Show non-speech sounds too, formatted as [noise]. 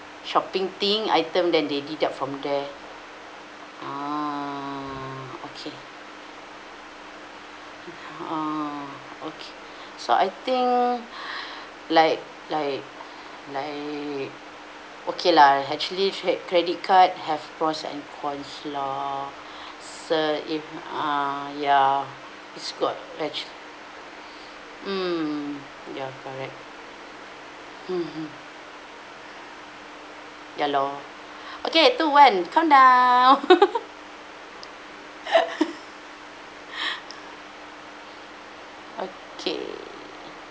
shopping thing item then they deduct from there ah okay [breath] a'ah okay [breath] so I think [breath] like like like okay lah actually cre~ credit card have pros and cons lor [breath] so if uh ya it's got act~ [breath] mm ya correct mm mm ya lor [breath] okay two one count down [laughs] [breath] okay